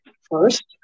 First